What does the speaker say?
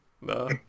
No